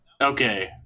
okay